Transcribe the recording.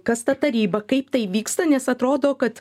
kas ta taryba kaip tai vyksta nes atrodo kad